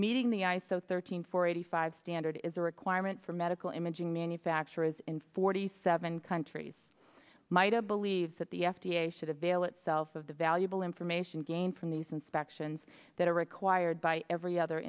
meeting the iso thirteen four eighty five standard is a requirement for medical imaging manufacturers in forty seven countries might a believe that the f d a should have veil itself of the valuable information gained from these inspections that are required by every other